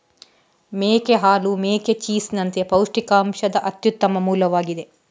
ಮೇಕೆ ಹಾಲು ಮೇಕೆ ಚೀಸ್ ನಂತೆ ಪೌಷ್ಟಿಕಾಂಶದ ಅತ್ಯುತ್ತಮ ಮೂಲವಾಗಿದೆ